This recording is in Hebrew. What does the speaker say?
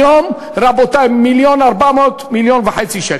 היום, רבותי, 1.4 1.5 מיליון שקל.